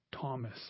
Thomas